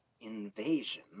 invasion